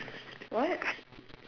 what